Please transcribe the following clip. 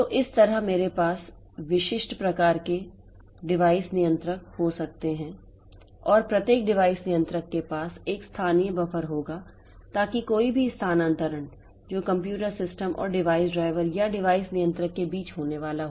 तो इस तरह मेरे पास एक विशिष्ट प्रकार के डिवाइस नियंत्रक हो सकते हैं और प्रत्येक डिवाइस नियंत्रक के पास एक स्थानीय बफर होगा ताकि कोई भी स्थानांतरण जो कंप्यूटर सिस्टम और डिवाइस ड्राइवर या डिवाइस नियंत्रक के बीच होने वाला हो